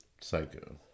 Psycho